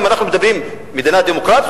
אם מדברים על מדינה דמוקרטית,